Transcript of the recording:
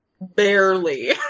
Barely